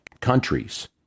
countries